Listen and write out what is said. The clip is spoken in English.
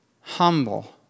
humble